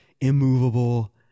immovable